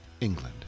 England